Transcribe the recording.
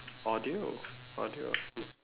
audio audio